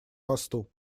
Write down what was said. посту